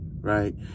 right